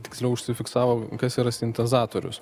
tiksliau užsifiksavo kas yra sintezatorius